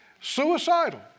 suicidal